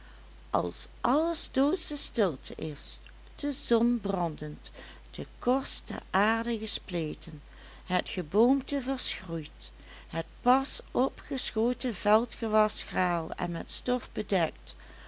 als alles doodsche stilte is de zon brandend de korst der aarde gespleten het geboomte verschroeid het pas opgeschoten veldgewas schraal en met stof bedekt